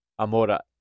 Amora